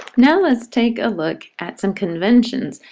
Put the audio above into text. now let's take a look at some conventions.